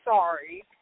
sorry